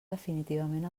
definitivament